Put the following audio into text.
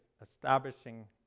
establishing